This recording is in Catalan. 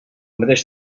mateix